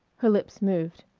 her lips moved.